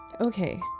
Okay